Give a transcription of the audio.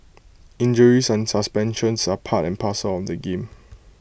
injuries and suspensions are part and parcel of the game